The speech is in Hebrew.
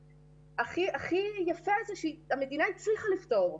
הכי יפה זה שהמדינה הצליחה לפתור,